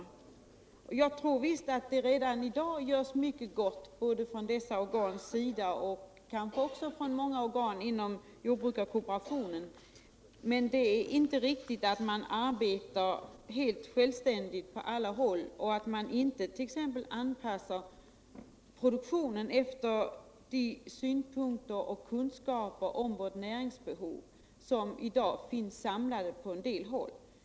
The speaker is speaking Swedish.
Jag tror visst att det redan i dag görs mycket gott både inom dessa organ och kanske också inom många av jordbrukarkooperationens organ, men det är inte riktigt att man arbetar helt självständigt på alla håll och att man 1. ex. anpassar produktionen efter de synpunkter och kunskaper om värt näringsbehov som i dag finns samlade på olika händer.